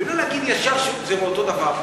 ולא להגיד ישר שזה אותו דבר.